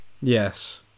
Yes